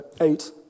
eight